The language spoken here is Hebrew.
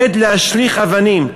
עת להשליך אבנים,